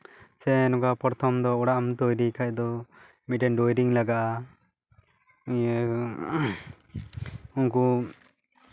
ᱥᱮ ᱱᱚᱝᱠᱟ ᱯᱨᱚᱛᱷᱚᱢ ᱫᱚ ᱚᱲᱟᱜ ᱮᱢ ᱵᱮᱱᱟᱣ ᱠᱷᱟᱱ ᱫᱚ ᱢᱤᱫᱴᱮᱱ ᱰᱚᱭᱨᱤᱝ ᱞᱟᱜᱟᱜᱼᱟ ᱤᱭᱟᱹ ᱩᱱᱠᱩ